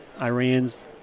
Iran's